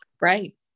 Right